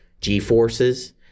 G-forces